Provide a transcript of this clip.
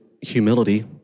humility